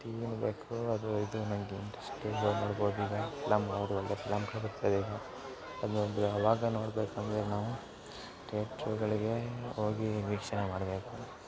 ಟಿವಿನೂ ಬೇಕು ಅದು ಇದು ನಂಗೆ ಇಂಟ್ರಸ್ಟ್ ಇಂದ ನೋಡ್ಬೋದು ಈಗ ಫಿಲಮ್ ನೋಡೋದೆಂದ್ರೆ ಫಿಲಮ್ಗಳು ಬರ್ತಾಯಿದೆ ಈಗ ಅದು ಅಂದರೆ ಅವಾಗ ನೋಡ್ಬೇಕೆಂದ್ರೆ ನಾವು ತಿಯೇಟ್ರುಗಳಿಗೆ ಹೋಗಿ ವೀಕ್ಷಣೆ ಮಾಡಬೇಕು